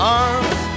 arms